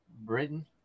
Britain